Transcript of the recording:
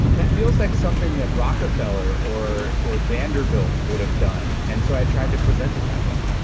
that feels like something that rockefeller or or vanderbilt would have done. and so i tried to present it that way